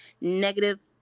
negative